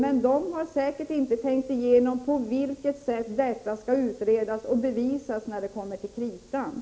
Men de har säkert inte tänkt igenom på vilket sätt brott mot en sådan lag skall utredas och bevisas.